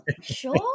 Sure